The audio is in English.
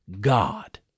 God